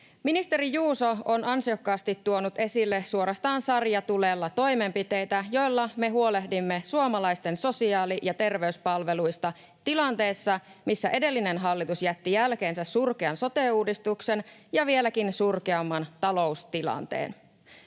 Ministeri Juuso on ansiokkaasti tuonut esille suorastaan sarjatulella toimenpiteitä, joilla me huolehdimme suomalaisten sosiaali- ja terveyspalveluista tilanteessa, missä edellinen hallitus jätti jälkeensä surkean sote-uudistuksen ja vieläkin surkeamman taloustilanteen.